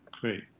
Great